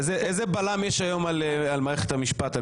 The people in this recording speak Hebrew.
איזה בלם יש היום על מערכת המשפט?